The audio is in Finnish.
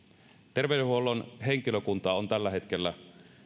terveydenhuollon henkilökuntaa on tällä hetkellä